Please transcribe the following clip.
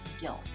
guilt